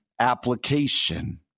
application